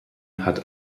hat